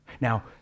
Now